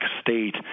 state